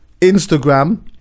Instagram